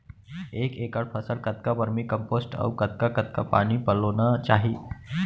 एक एकड़ फसल कतका वर्मीकम्पोस्ट अऊ कतका कतका पानी पलोना चाही?